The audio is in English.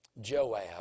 Joab